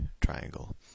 triangle